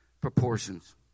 proportions